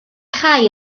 rhai